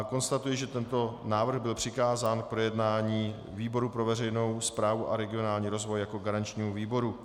Konstatuji, že tento návrh byl přikázán k projednání výboru pro veřejnou správu a regionální rozvoj jako garančnímu výboru.